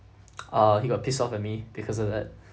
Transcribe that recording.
uh he got pissed off at me because of that